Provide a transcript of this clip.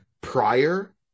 prior